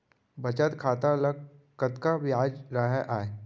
बचत खाता ल कतका ब्याज राहय आय?